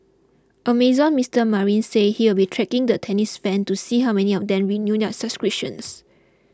Amazon's Mister Marine says he will be tracking the tennis fan to see how many of them renew their subscriptions